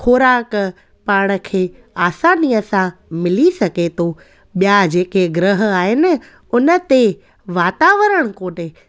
खोराक पाण खे आसनीअ सां मिली सघे थो ॿिया जेके ग्रह आहिनि उन ते वातावरण कोन्हे